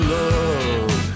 love